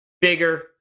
bigger